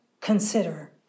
Consider